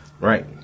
Right